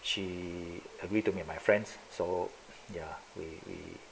she agreed to me be my friends so ya we we